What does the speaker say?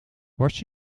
was